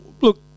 look